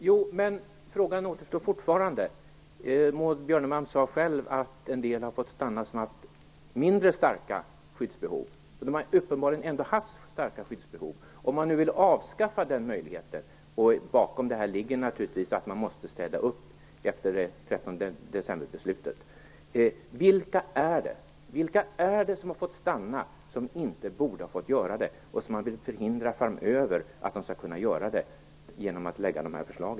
Herr talman! Min fråga återstår. Maud Björnemalm sade själv att en del som haft mindre starka skyddsbehov har fått stanna. De har uppenbarligen ändå haft starka skyddsbehov. Om man nu vill avskaffa den möjligheten - bakom detta ligger naturligtvis att det är nödvändigt att städa upp efter 13 decemberbeslutet - undrar jag: Vilka är det som har fått stanna, men som inte borde ha fått göra det och som man genom att lägga fram de här förslagen vill förhindra att framöver ha den möjligheten?